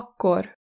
Akkor